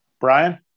Brian